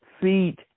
feet